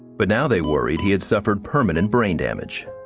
but now they worried he had suffered permanent brain damage.